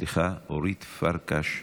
סליחה, אורית פרקש הכהן.